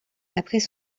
après